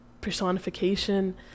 personification